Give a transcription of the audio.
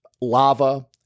lava